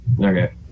Okay